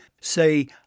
say